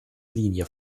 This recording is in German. linie